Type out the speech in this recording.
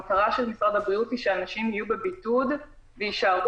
מטרת משרד הבריאות היא שאנשים יהיו בבידוד ויישארו